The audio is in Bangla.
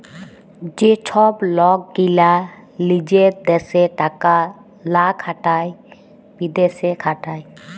যে ছব লক গীলা লিজের দ্যাশে টাকা লা খাটায় বিদ্যাশে খাটায়